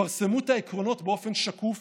פרסמו את העקרונות באופן שקוף